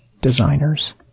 designers